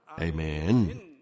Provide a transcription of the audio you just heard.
Amen